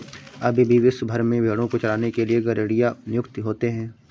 अभी भी विश्व भर में भेंड़ों को चराने के लिए गरेड़िए नियुक्त होते हैं